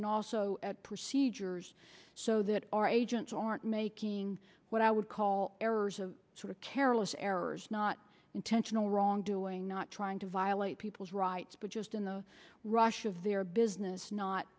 and also procedures so that our agents aren't making what i would call errors a sort of careless errors not intentional wrongdoing not trying to violate people's rights but just in the rush of their business not